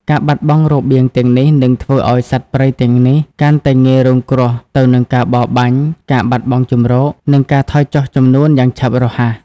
ការបាត់បង់របៀងទាំងនេះនឹងធ្វើឱ្យសត្វព្រៃទាំងនេះកាន់តែងាយរងគ្រោះទៅនឹងការបរបាញ់ ការបាត់បង់ជម្រក និងការថយចុះចំនួនយ៉ាងឆាប់រហ័ស។